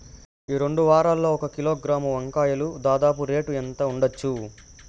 ఈ రెండు వారాల్లో ఒక కిలోగ్రాము వంకాయలు దాదాపు రేటు ఎంత ఉండచ్చు?